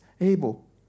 Abel